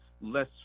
less